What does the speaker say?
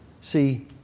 See